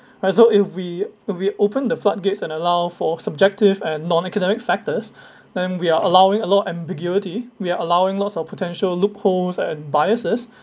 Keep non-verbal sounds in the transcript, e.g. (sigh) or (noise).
like so if we if we open the floodgates and allow for subjective and non-academic factors (breath) then we are allowing a lot of ambiguity we are allowing lots of potential loopholes and biases